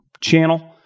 channel